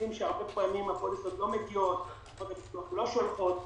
כי הרבה פעמים הפוליסות לא מכירות, לא שולחות.